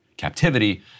captivity